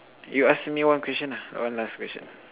you ask me one question lah one last question